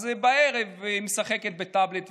אז בערב היא משחקת בטאבלט,